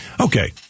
Okay